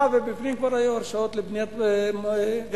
ובפנים כבר היו הרשאות לבניית גני-ילדים,